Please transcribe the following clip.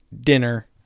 dinner